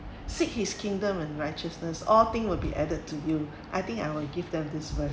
seek his kingdom and righteousness all thing will be added to you I think I will give them this verse